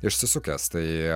išsisukęs tai